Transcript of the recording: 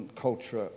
culture